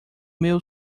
meu